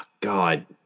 God